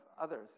others